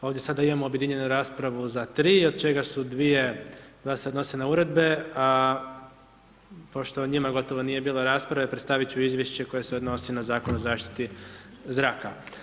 Ovdje sada imamo objedinjenu raspravu za 3 od čega se 2 odnose na uredbe, a pošto o njima nije bilo rasprave, predstaviti ću izvješće koje se odnosi na Zakon o zaštiti zraka.